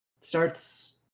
starts